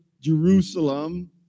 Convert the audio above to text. Jerusalem